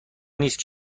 نیست